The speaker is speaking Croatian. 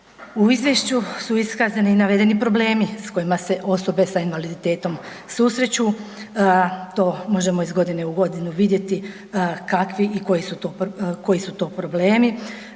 U izvješću su iskazani navedeni problemi s kojima se osobe sa invaliditetom susreću. To možemo iz godine u godinu vidjeti kakvi i koji su to problemi.